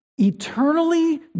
Eternally